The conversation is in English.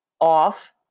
off